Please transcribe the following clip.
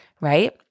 right